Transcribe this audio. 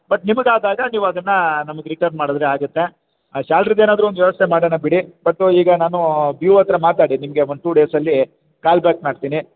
but ನಿಮಗೆ ಆದಾಗ ನೀವು ಅದನ್ನ ನಮಗೆ ರಿಟರ್ನ್ ಮಾಡಿದ್ರೆ ಆಗುತ್ತೆ ಆ ಸ್ಯಾಲ್ರಿದು ಏನಾದರು ಒಂದು ವ್ಯವಸ್ಥೆ ಮಾಡೋಣ ಬಿಡಿ ಬಟ್ಟು ಈಗ ನಾನು ಬಿ ಓ ಹತ್ತಿರ ಮಾತಾಡಿ ನಿಮಗೆ ಒಂದು ಟೂ ಡೇಸಲ್ಲಿ ಕಾಲ್ ಬ್ಯಾಕ್ ಮಾಡ್ತೀನಿ